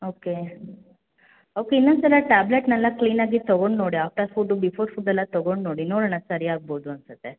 okay okay ಇನ್ನೊಂದು ಸಲ ಟ್ಯಾಬ್ಲೇಟ್ನೆಲ್ಲಾ ಕ್ಲೀನಾಗಿ ತಗೊಂಡು ನೋಡಿ ಆಫ್ಟರ್ ಫುಡ್ ಬಿಫೋರ್ ಫುಡ್ ಎಲ್ಲ ತಗೊಂಡು ನೋಡಿ ನೋಡೋಣ ಸರಿಯಾಗ್ಬೋದು ಅನ್ಸುತ್ತೆ